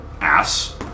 ass